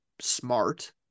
smart